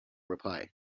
reply